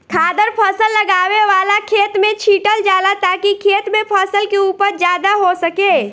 खादर फसल लगावे वाला खेत में छीटल जाला ताकि खेत में फसल के उपज ज्यादा हो सके